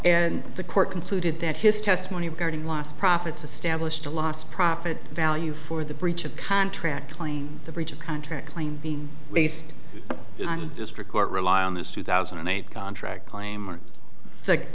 and the court concluded that his testimony regarding lost profits established a loss profit value for the breach of contract claim the breach of contract claim being based on district court rely on this two thousand and eight contract claim or